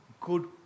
good